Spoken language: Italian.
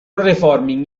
reforming